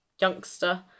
youngster